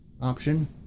option